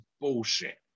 bullshit